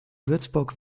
würzburg